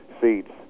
seats